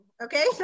Okay